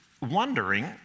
wondering